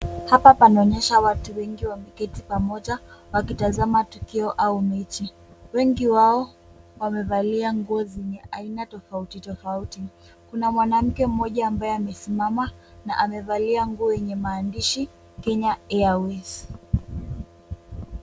Hapa panaonyesha watu wengi wameketi pamoja wakitazama tukio au mechi. Wengi wao wamevalia nguo zenye aina tofauti tofauti. Kuna mwanamke mmoja ambaye amesimama na amevalia nguo yenye maandishi, Kenya Airways.